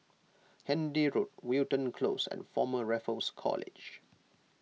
Handy Road Wilton Close and Former Raffles College